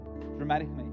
dramatically